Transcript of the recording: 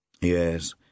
Yes